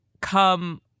come